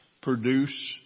produce